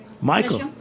Michael